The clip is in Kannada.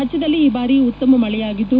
ರಾಜ್ಯದಲ್ಲಿ ಈ ಬಾರಿ ಉತ್ತಮ ಮಳೆಯಾಗಿದ್ದು